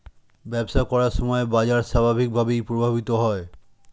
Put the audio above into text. ব্যবসা করার সময় বাজার স্বাভাবিকভাবেই প্রভাবিত হয়